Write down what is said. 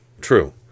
true